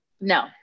no